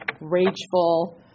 rageful